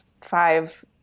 five